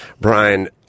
Brian